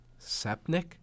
Sepnik